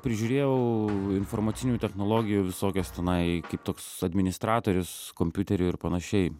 prižiūrėjau informacinių technologijų visokias tenai kaip toks administratorius kompiuterių ir panašiai